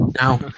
Now